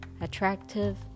Attractive